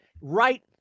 right